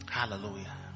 Hallelujah